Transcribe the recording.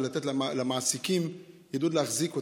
ולתת למעסיקים עידוד להחזיק אותם,